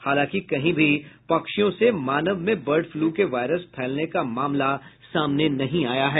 हालांकि कहीं भी पक्षियों से मानव में बर्ड फ्लू के वायरस फैलने का मामला सामने नहीं आया है